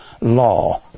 law